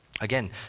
again